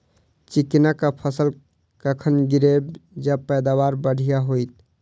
चिकना कऽ फसल कखन गिरैब जँ पैदावार बढ़िया होइत?